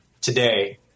today